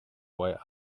while